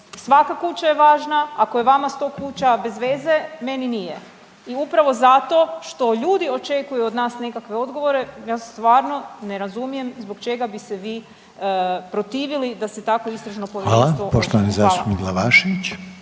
svaka kuća je važna ako je vama 100 kuća bezveze, meni nije. I upravo zato što ljudi očekuju od nas nekakve odgovore, ja stvarno ne razumijem zbog čega bi se vi protivili da se takvo istražno povjerenstvo osnuje. Hvala. **Reiner, Željko